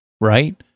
right